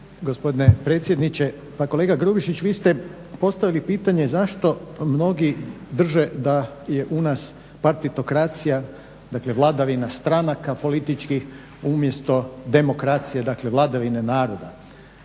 gospodine predsjedniče. Pa kolega Grubišić, vi ste postavili pitanje zašto mnogi drže da je u nas partitokracija, dakle vladavina stranaka političkih umjesto demokracije, dakle vladavine naroda.